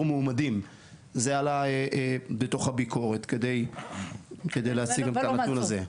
מועמדים זה עלה בתוך הביקורת כדי להציג את הנתון הזה.